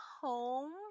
home